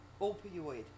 opioid